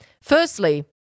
firstly